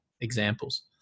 examples